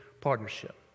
partnership